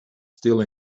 still